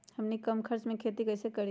हमनी कम खर्च मे खेती कई से करी?